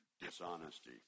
dishonesty